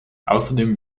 außerdem